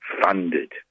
funded